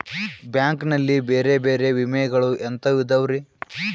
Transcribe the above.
Bank ನಲ್ಲಿ ಬೇರೆ ಬೇರೆ ವಿಮೆಗಳು ಎಂತವ್ ಇದವ್ರಿ?